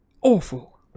awful